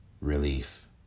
relief